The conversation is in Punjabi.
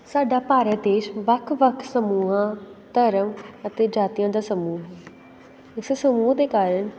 ਸਾਡਾ ਭਾਰਤ ਦੇਸ਼ ਵੱਖ ਵੱਖ ਸਮੂਹਾਂ ਧਰਮ ਅਤੇ ਜਾਤੀਆਂ ਦਾ ਸਮੂਹ ਹੈ ਇਸ ਸਮੂਹ ਦੇ ਕਾਰਣ